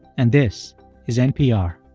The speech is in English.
and this is npr